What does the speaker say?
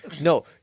no